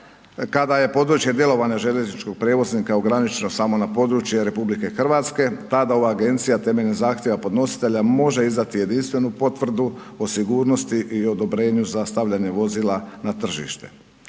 Kada je područje djelovanja željezničkog prijevoznika ograničena samo na područje RH, tada ova agencija temeljem zahtjeva podnositelja može izdati jedinstvenu potvrdu o sigurnosti i odobrenju za stavljanje vozila na tržište.